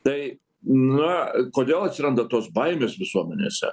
tai na kodėl atsiranda tos baimės visuomenėse